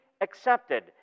accepted